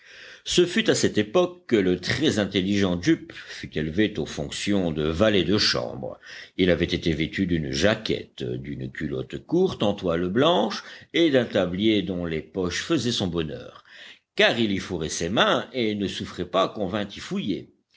ce fut à cette époque que le très intelligent jup fut élevé aux fonctions de valet de chambre il avait été vêtu d'une jaquette d'une culotte courte en toile blanche et d'un tablier dont les poches faisaient son bonheur car il y fourrait ses mains et ne souffrait pas qu'on vînt y fouiller